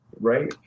right